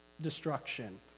destruction